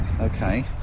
Okay